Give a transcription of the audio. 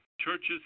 Churches